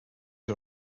are